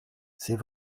c’est